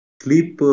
sleep